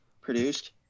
produced